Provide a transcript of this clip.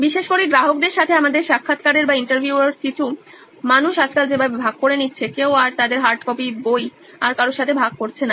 বিশেষ করে গ্রাহকদের সাথে আমাদের সাক্ষাৎকারের কিছু মানুষ আজকাল যেভাবে ভাগ করে নিচ্ছে কেউ আর তাদের হার্ডকপি বই আর কারো সাথে ভাগ করছে না